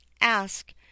ask